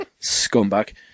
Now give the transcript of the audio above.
scumbag